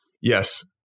Yes